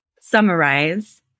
summarize